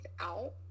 out